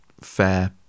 fair